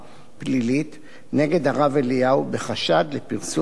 נגד הרב אליהו בחשד לפרסום הסתה לגזענות,